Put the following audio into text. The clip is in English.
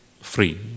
free